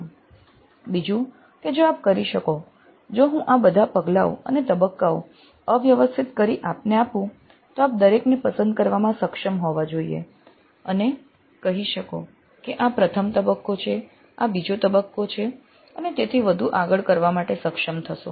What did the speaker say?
બીજું કે જો આપ કરી શકો જો હું આ બધા પગલાઓ અને તબક્કાઓ અવ્યવસ્થિત કરી આપને આપું તો આપ દરેકને પસંદ કરવામાં સક્ષમ હોવા જોઈએ અને કહી શકો કે આ પ્રથમ તબક્કો છે આ બીજો તબક્કો છે અને તેથી વધુ આગળ કરવા માટે સક્ષમ થશો